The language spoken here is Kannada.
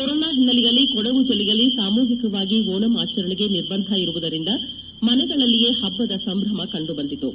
ಕೊರೊನಾ ಹಿನ್ನೆಲೆಯಲ್ಲಿ ಕೊಡಗು ಜಿಲ್ಲೆಯಲ್ಲಿ ಸಾಮೂಹಿಕವಾಗಿ ಓಣಂ ಆಚರಣೆಗೆ ನಿಬಂಧ ಇರುವುದರಿಂದ ಮನೆಗಳಲ್ಲಿಯೇ ಹಬ್ಬದ ಸಂಭ್ರಮ ಕಂಡುಬಂದಿತು